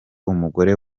umugore